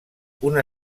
una